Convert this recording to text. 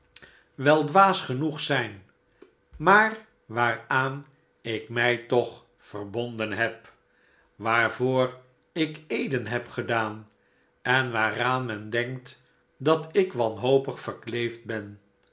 wel dwaas genoeg zijn maar waaraan ik mij toch verbonden heb waarvoor ik eeden heb gedaan en waaraan men denkt dat ik wanhopig verkleefd ben